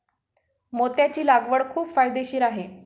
मोत्याची लागवड खूप फायदेशीर आहे